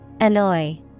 Annoy